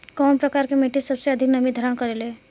कउन प्रकार के मिट्टी सबसे अधिक नमी धारण करे ले?